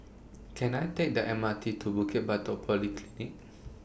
Can I Take The M R T to Bukit Batok Polyclinic